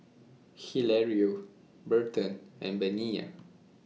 Hilario Berton and Bina